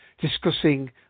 discussing